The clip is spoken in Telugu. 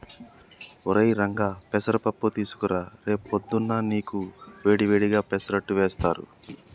ఒరై రంగా పెసర పప్పు తీసుకురా రేపు పొద్దున్నా నీకు వేడి వేడిగా పెసరట్టు వేస్తారు